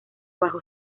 bajo